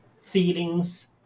feelings